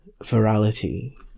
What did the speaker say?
virality